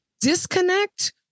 disconnect